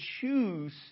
choose